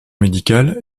médicale